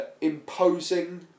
imposing